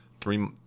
three